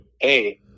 Hey